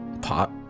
pot